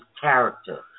character